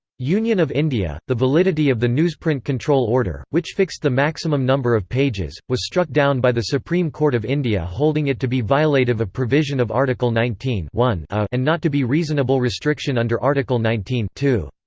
union of india, the validity of the newsprint control order, which fixed the maximum number of pages, was struck down by the supreme court of india holding it to be violative of provision of article nineteen one a and not to be reasonable restriction under article nineteen two.